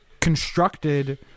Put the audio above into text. constructed